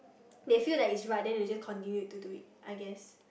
they feel that it's right then they just continue to do it I guess